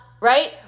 Right